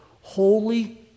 holy